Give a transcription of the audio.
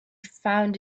found